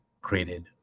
created